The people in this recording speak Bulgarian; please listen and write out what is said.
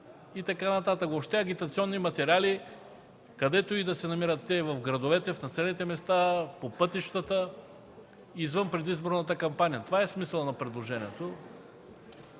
плакати, въобще агитационни материали, където и да се намират те – в градовете, в населените места, по пътищата, извън предизборната кампания. Това е смисълът на предложението.